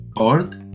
earth